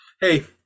Hey